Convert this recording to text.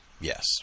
yes